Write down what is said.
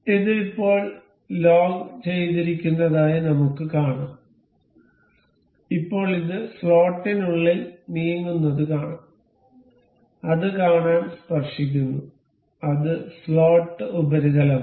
ഇത് ഇപ്പോൾ ലോഗ് ചെയ്തിരിക്കുന്നതായി നമുക്ക് കാണാം ഇപ്പോൾ ഇത് സ്ലോട്ടിനുള്ളിൽ നീങ്ങുന്നത് കാണാം അത് കാണാൻ സ്പർശിക്കുന്നു അത് സ്ലോട്ട് ഉപരിതലമാണ്